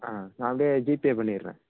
ஆ நான் அப்படியே ஜிபே பண்ணிடறேன்